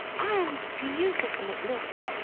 and beautiful it looks!